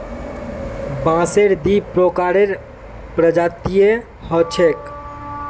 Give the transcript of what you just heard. बांसेर दी प्रकारेर प्रजातियां ह छेक